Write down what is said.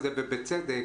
ובצדק.